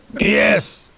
Yes